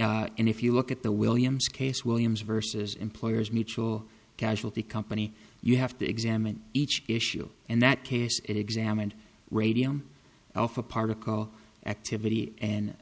r and if you look at the williams case williams versus employers mutual casualty company you have to examine each issue and that case examined radium alpha particle activity and